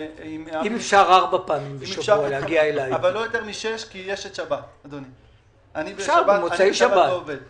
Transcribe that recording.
אני רוצה להצטנע, אבל אני אומר מה עשיתי